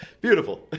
beautiful